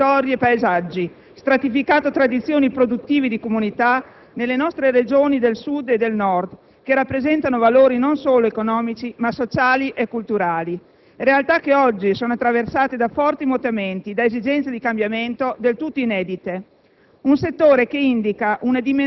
ma sono realtà che hanno modellato territori e paesaggi, stratificato tradizioni produttive di comunità nelle nostre Regioni del Sud e del Nord, che rappresentano valori non solo economici ma sociali e culturali (realtà che oggi sono attraversate da forti mutamenti, da esigenze di cambiamento del tutto inedite).